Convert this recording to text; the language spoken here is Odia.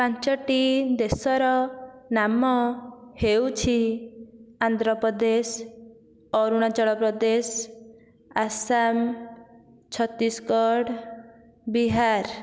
ପାଞ୍ଚୋଟି ଦେଶର ନାମ ହେଉଛି ଆନ୍ଧ୍ରପ୍ରଦେଶ ଅରୁଣାଚଳ ପ୍ରଦେଶ ଆସାମ ଛତିଶଗଡ଼ ବିହାର